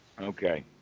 Okay